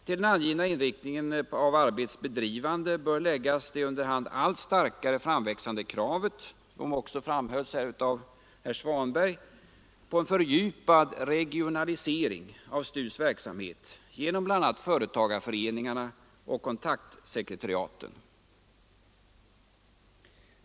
Till den angivna inriktningen av arbetets bedrivande bör läggas — som också framhölls av herr Svanberg — det under hand allt starkare framväxande kravet på en fördjupad regionalisering av STU:s verksamhet genom bl.a. företagarföreningarna och kontaktsekretariaten.